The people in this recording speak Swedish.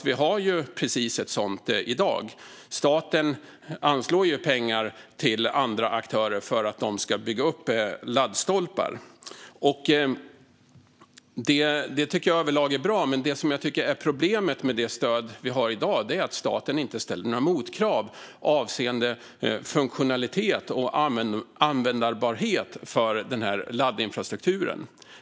Vi har precis ett sådant i dag. Staten anslår pengar till andra aktörer för att de ska bygga upp laddstolpar. Det tycker jag överlag är bra. Det som jag tycker är problemet med det stöd vi har i dag är att staten inte ställer några motkrav avseende funktionalitet och användbarhet för laddinfrastrukturen.